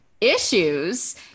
issues